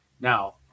Now